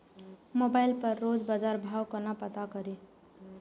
Mobile पर रोज बजार भाव कोना पता करि?